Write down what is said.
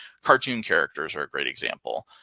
cartoon characters are a great example.